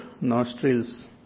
nostrils